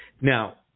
Now